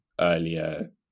earlier